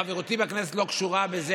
חברותי בכנסת לא קשורה בזה,